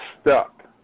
stuck